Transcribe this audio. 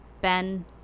Ben